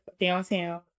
downtown